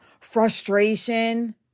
frustration